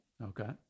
okay